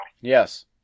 Yes